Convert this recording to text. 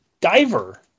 diver